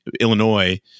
Illinois